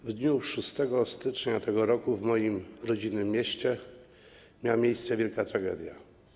W dniu 6 stycznia tego roku w moim rodzinnym mieście miała miejsce wielka tragedia.